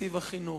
בתקציב החינוך.